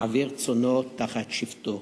מעביר צאנו תחת שבטו".